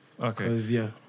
Okay